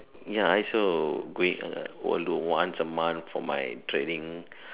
ya I so agree although once a month for my training